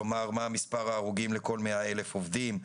כלומר מה מספר ההרוגים לכל 100,000 עובדים,